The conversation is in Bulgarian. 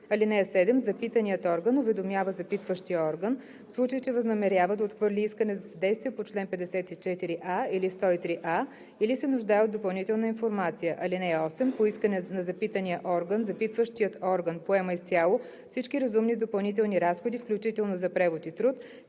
(7) Запитаният орган уведомява запитващия орган, в случай че възнамерява да отхвърли искане за съдействие по чл. 54а или 103а или се нуждае от допълнителна информация. (8) По искане на запитания орган запитващият орган поема изцяло всички разумни допълнителни разходи, включително за превод и труд,